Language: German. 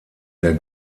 der